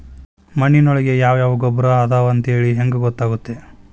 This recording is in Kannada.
ಮಣ್ಣಿನೊಳಗೆ ಯಾವ ಯಾವ ಗೊಬ್ಬರ ಅದಾವ ಅಂತೇಳಿ ಹೆಂಗ್ ಗೊತ್ತಾಗುತ್ತೆ?